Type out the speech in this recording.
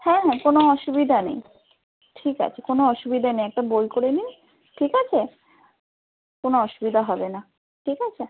হ্যাঁ হ্যাঁ কোনো অসুবিধা নেই ঠিক আছে কোনো অসুবিধা নেই একটা বই করে নিন ঠিক আছে কোনো অসুবিধা হবে না ঠিক আছে